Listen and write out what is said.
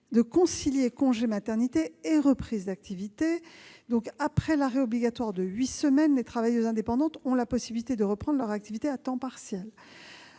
de concilier congé maternité et reprise d'activité. Après l'arrêt obligatoire de huit semaines, les travailleuses indépendantes ont la possibilité de reprendre leur activité à temps partiel.